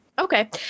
Okay